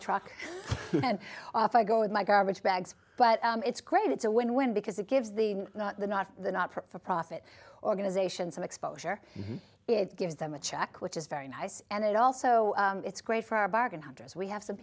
and off i go with my garbage bags but it's great it's a win win because it gives the the not the not for profit organization some exposure it gives them a check which is very nice and it also it's great for our bargain hunters we have some